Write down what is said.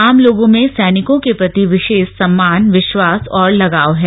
आम लोगों में सैनिकों के प्रति विशेष सम्मान विश्वास और लगाव है